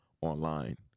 Online